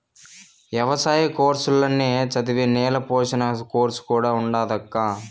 ఎవసాయ కోర్సుల్ల నే చదివే నేల పోషణ కోర్సు కూడా ఉండాదక్కా